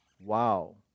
Wow